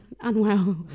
unwell